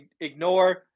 Ignore